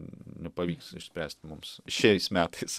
nepavyks išspręsti mums šiais metais